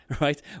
right